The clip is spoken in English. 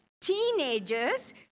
Teenagers